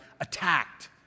attacked